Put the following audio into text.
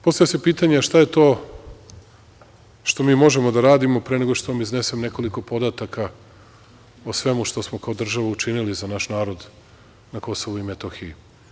Postavlja se pitanje šta je to što mi možemo da radimo, pre nego što vam iznesem nekoliko podataka o svemu što smo kao država učinili za naš narod na Kosovu i Metohiji.